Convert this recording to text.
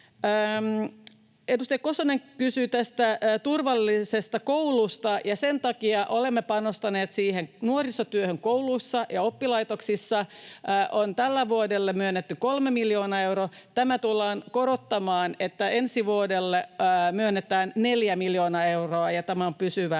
Edustaja Kosonen kysyi turvallisesta koulusta. Sen takia olemme panostaneet siihen. Nuorisotyöhön kouluissa ja oppilaitoksissa on tälle vuodelle myönnetty kolme miljoonaa euroa. Tätä tullaan korottamaan niin, että ensi vuodelle myönnetään neljä miljoonaa euroa, ja tämä on pysyvä